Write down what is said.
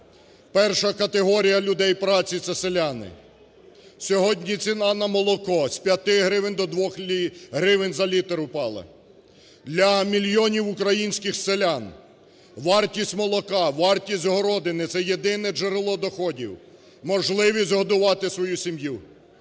Перша категорія людей праці – це селяни. Сьогодні ціна на молоко з 5 гривень до 2 гривень за літр упала. Для мільйонів українських селян вартість молока, вартість городини – це єдине джерело доходів, можливість годувати свою сім'ю.